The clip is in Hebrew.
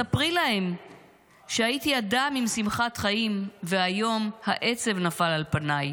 ספרי להם שהייתי אדם עם שמחת חיים והיום העצב נפל על פניי.